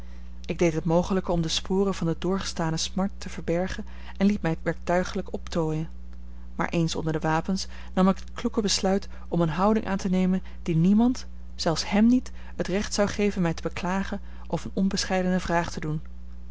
ik deed het mogelijke om de sporen van de doorgestane smart te verbergen en liet mij werktuigelijk optooien maar eens onder de wapens nam ik het kloeke besluit om eene houding aan te nemen die niemand zelfs hem niet het recht zou geven mij te beklagen of eene onbescheidene vraag te doen